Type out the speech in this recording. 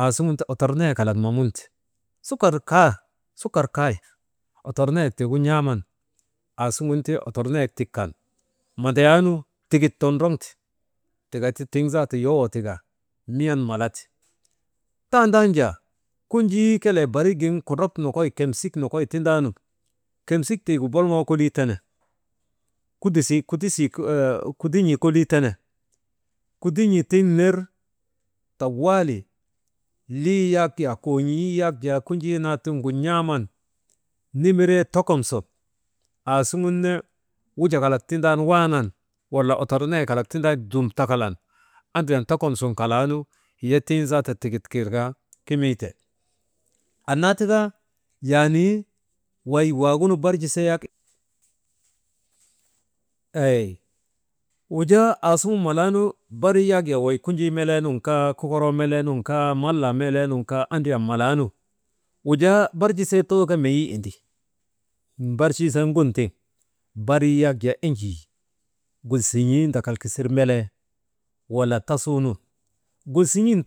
aasuŋun ti otornaayek mamunte «hesitation» sukar kay otornaayek tiigu n̰aaman aasuŋun ti otornaayek tik kan mandayaanu tigit toroŋte tika ti tiŋ zaata yowoo tika miyan malate. Tandan jaa kunjii kelee barigin kodrok nokoy, komsik nokoy tindaanu, kemsik tiigu bolŋoo kolii tene « hesitation» kudon̰ii kolii tene, kudon̰ii tiŋ ner tawaali, lii yak jaa, kon̰ii yak jaa kunjii naa tiŋgu n̰aaman nimiree tokon sun aasuŋun wujakalak tindaanu waanan, wala otornayek kalak tindak dum takalan andrian tokom sun kalaanu hiya tiŋ zaata tikit tirka kimiite. Annaa tika yaani wey waagunu barjisee yak ey. Wujaa aasuŋun malaanu barii yak jaa wey kunjii melee nun kaa, kokoroo melee nun kaa, malaa melee nun kaa, andriyan malaanu wujaa barjisee too kaa meyii indi, barjisee ŋun tiŋ barii yak jaa enjii gulsin̰ii ndakal kasir melee wala tasuunun gulsin̰ii ndakal kasir melee wala tasuunun gulsin̰in taanu.